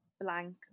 Blank